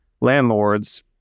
landlords